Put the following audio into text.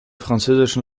französischen